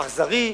אכזרי?